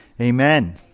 Amen